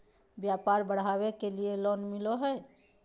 व्यापार बढ़ावे के लिए लोन मिलो है?